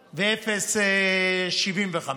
ו-0.75.